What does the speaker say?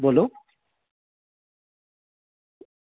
बोलो